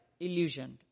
illusioned